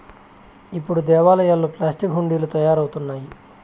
ఇప్పుడు దేవాలయాల్లో ప్లాస్టిక్ హుండీలు తయారవుతున్నాయి